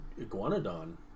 Iguanodon